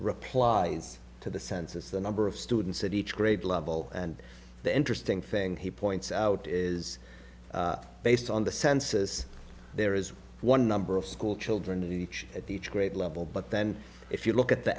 replies to the census the number of students at each grade level and the interesting thing he points out is based on the census there is one number of school children in each at the each grade level but then if you look at the